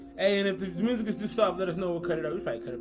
and if the music's just up there's no cut it out fake